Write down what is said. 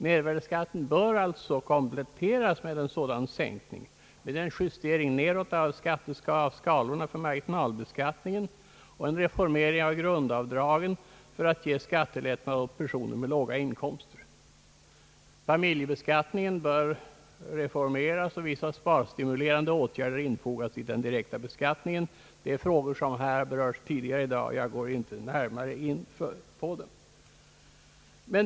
Mervärdeskatten bör alltså kompletteras med en justering nedåt av skalorna för marginalbeskattningen och en reformering av grundavdragen för att ge skattelättnad åt personer med låga inkomster. Familjebeskattningen bör reformeras och vissa sparstimulerande åtgärder infogas i den direkta beskattningen. De frågorna har redan berörts i debatten, och jag går därför inte närmare in på dem.